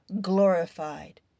glorified